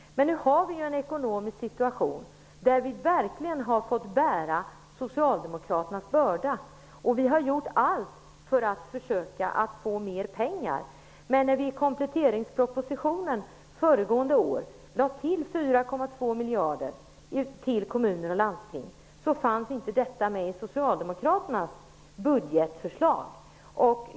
Men nu har vi en ekonomisk situation där vi verkligen har fått bära bördan efter Socialdemokraterna. Vi har gjort allt för att försöka få fram mer pengar. Vi lade till 4,2 miljarder kronor till kommunerna och landstingen i föregående års kompletteringsproposition, men de pengarna fanns inte med i Socialdemokraternas budgetförslag.